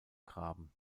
graben